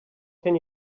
can